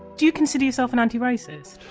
do you consider yourself an anti-racist?